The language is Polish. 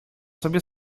sobie